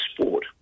sport